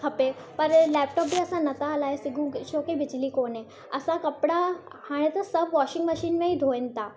खपे पर लैपटॉप बि असां न था हलाए सघूं छो की बिजली कोन्हे असां कपिड़ा हाणे त सभु वॉशिंग मशीन में ई धोइनि था सभु